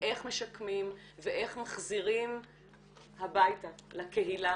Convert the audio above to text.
איך משקמים ואיך מחזירים הביתה לקהילה,